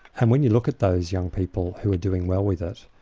and when you look at those young people who are doing well with it,